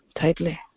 tightly